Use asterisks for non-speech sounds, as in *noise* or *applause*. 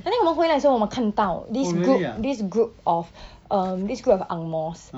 I think 我们回来的时候我们看到 this group this group of *breath* uh this group of ang mohs